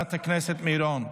חברת הכנסת מירון?